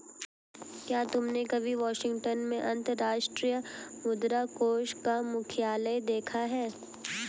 क्या तुमने कभी वाशिंगटन में अंतर्राष्ट्रीय मुद्रा कोष का मुख्यालय देखा है?